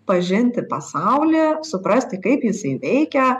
pažinti pasaulį suprasti kaip jisai veikia